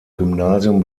gymnasium